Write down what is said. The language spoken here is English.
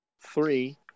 three